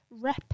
rep